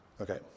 Okay